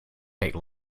take